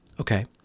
Okay